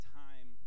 time